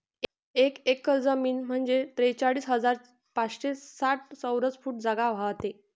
एक एकर जमीन म्हंजे त्रेचाळीस हजार पाचशे साठ चौरस फूट जागा व्हते